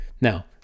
Now